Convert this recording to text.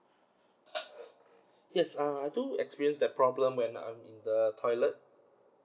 yes uh I do experience the problem when I'm in the toilet